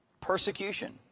persecution